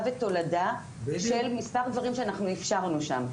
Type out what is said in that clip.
ותולדה של מספר דברים שאנחנו אפשרנו שם.